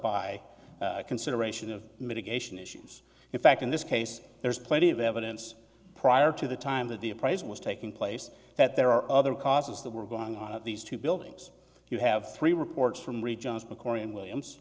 by consideration of mitigation issues in fact in this case there's plenty of evidence prior to the time that the uprising was taking place that there are other causes that were going on at these two buildings you have three reports from regions mccoury and williams